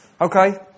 Okay